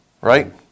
right